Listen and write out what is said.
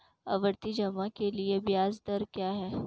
आवर्ती जमा के लिए ब्याज दर क्या है?